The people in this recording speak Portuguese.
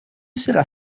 será